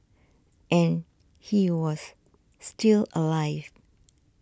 and he was still alive